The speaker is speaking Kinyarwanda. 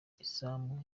izamu